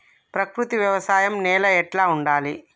ప్రకృతి వ్యవసాయం నేల ఎట్లా ఉండాలి?